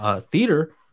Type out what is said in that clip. theater